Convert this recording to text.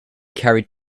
carried